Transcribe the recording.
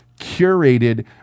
curated